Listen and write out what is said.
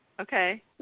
Okay